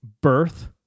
birth